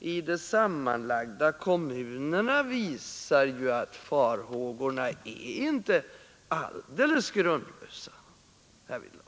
i de sammanlagda kommunerna visar att farhågorna inte är alldeles grundlösa härvidlag.